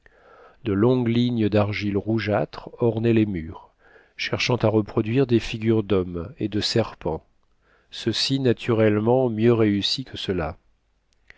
de longues lignes d'argile rougeâtre ornaient les murs cherchant à reproduire des figures d'hommes et de serpents ceux-ci naturellement mieux réussis que